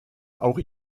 auch